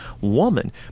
woman